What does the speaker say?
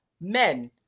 men